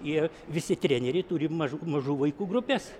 ir visi treneriai turi mažų mažų vaikų grupes